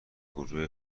گروه